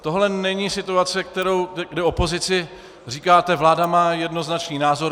Tohle není situace, kde opozici říkáte: Vláda má jednoznačný názor.